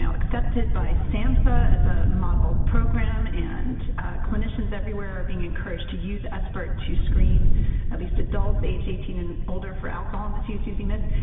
um by samhsa as a model program, and clinicians everywhere are being encouraged to use sbirt to screen at least adults age eighteen and older for alcohol misuse using this.